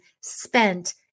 spent